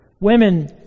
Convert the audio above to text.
Women